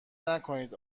نکنید